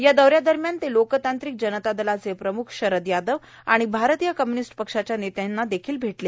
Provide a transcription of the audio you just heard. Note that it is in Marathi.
या दौ यादरम्यान ते लोकतांत्रिक जनता दलाचे प्रमुख शरद यादव आणि भारतीय कम्युनिस्ट पक्षाच्या नेत्यांशी देखील भेटले